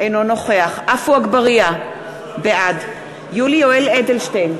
אינו נוכח עפו אגבאריה, בעד יולי יואל אדלשטיין,